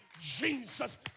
Jesus